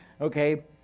okay